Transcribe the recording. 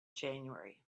january